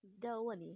then 我问你